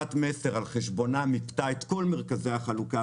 חברת מסר על חשבונה מיפתה את כל מרכזי החלוקה